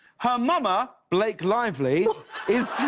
her momma blake lively is